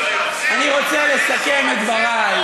אני נולדתי בצבע הכי נכון שיכול להיות.